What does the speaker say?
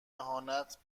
اهانت